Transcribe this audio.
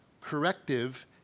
corrective